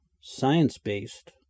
Science-Based